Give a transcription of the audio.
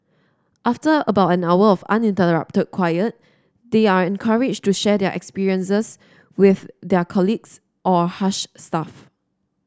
after about an hour of uninterrupted quiet they are encouraged to share their experiences with their colleagues or Hush staff